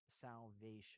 salvation